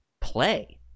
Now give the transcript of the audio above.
play